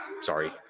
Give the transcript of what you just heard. Sorry